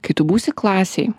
kai tu būsi klasėj